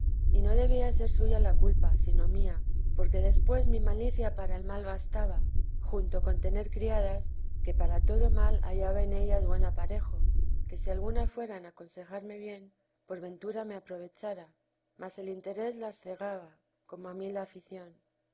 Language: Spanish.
y no debía ser suya la culpa sino mía porque después mi malicia para el mal bastaba junto con tener criadas que para todo mal hallaba en ellas buen aparejo que si alguna fuera en aconsejarme bien por ventura me aprovechara mas el interese las cegaba como a mí la